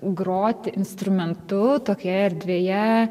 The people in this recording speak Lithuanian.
groti instrumentu tokioje erdvėje